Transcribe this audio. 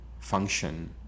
Function